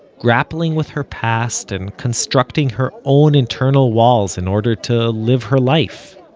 grappling with her past, and constructing her own internal walls in order to live her life